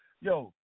Yo